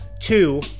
Two